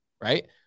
right